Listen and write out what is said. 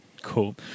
Cool